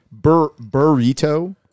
Burrito